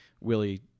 Willie